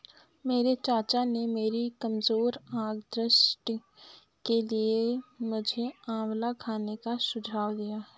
मेरे चाचा ने मेरी कमजोर आंख दृष्टि के लिए मुझे आंवला खाने का सुझाव दिया है